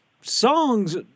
songs